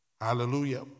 Hallelujah